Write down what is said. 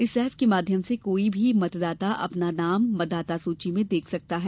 इस एप के माध्यम से कोई भी मतदाता अपना नाम मतदाता सूची में देख सकता है